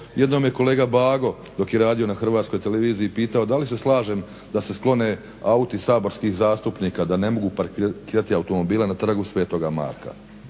jednom je kolega Bago dok je radio na Hrvatskoj televiziji pitao da li se slažem da se sklone auti saborskih zastupnika da ne mogu parkirati automobile na Trgu sv. Marka.